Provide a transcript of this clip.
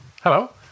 Hello